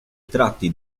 tratti